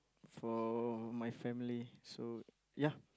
for my family so ya